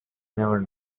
never